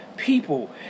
people